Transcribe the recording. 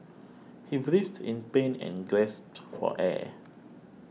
he writhed in pain and gasped for air